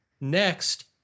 Next